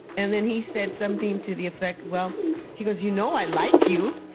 and then he said something to the effect well he goes, you know i like you.